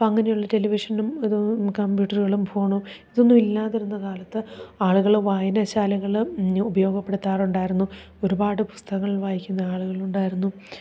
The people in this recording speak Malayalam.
അപ്പം അങ്ങനെയുള്ള ടെലിവിഷനും അതും കമ്പ്യൂട്ടറുകളും ഫോണും ഇതൊന്നും ഇല്ലാതിരുന്ന കാലത്ത് ആളുകൾ വായനശാലകൾ ഉപയോഗപ്പെടുത്താറുണ്ടായിരുന്നു ഒരുപാട് പുസ്തകങ്ങൾ വായിക്കുന്ന ആളുകളുണ്ടായിരുന്നു